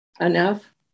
enough